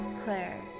Claire